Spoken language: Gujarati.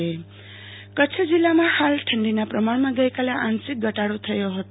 આરતી ભક્ટ હવામાન કચ્છ જિલ્લામાં હાલ ઠંડીના પ્રમાણમાં ગઈકાલે આંશિક ઘટાઢો થયો હત